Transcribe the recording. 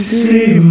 see